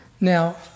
Now